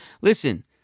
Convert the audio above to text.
Listen